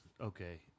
okay